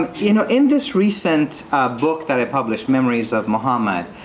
and you know in this recent book that i published, memories of muhammad,